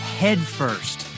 headfirst